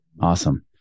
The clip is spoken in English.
Awesome